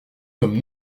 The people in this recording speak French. sommes